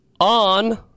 on